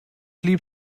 lieb